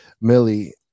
Millie